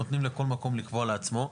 נותנים לכל מקום לקבוע לעצמו.